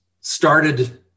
started